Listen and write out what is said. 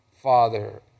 Father